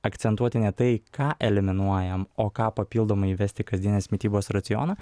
akcentuoti ne tai ką eliminuojam o ką papildomai įvesti į kasdienės mitybos racioną